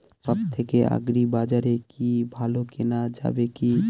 সব থেকে আগ্রিবাজারে কি ভালো কেনা যাবে কি?